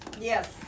Yes